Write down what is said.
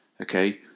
Okay